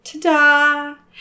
Ta-da